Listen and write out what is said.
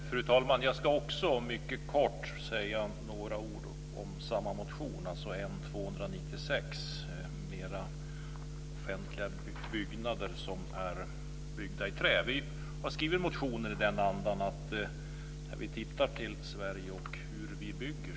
Fru talman! Också jag ska mycket kort beröra samma motion, N296, om att flera offentliga byggnader bör uppföras i trä. Vi har när vi utformat motionen tittat på sättet att bygga i Sverige.